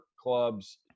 clubs